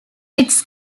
its